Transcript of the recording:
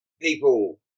people